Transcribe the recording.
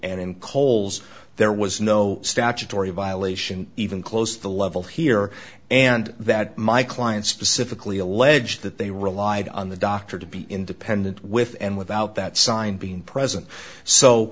coles there was no statutory violation even close to the level here and that my client specifically alleged that they relied on the doctor to be independent with and without that sign being present so